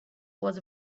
was